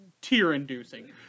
tear-inducing